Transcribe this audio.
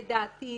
לדעתי,